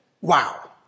wow